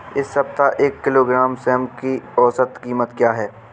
इस सप्ताह एक किलोग्राम सेम की औसत कीमत क्या है?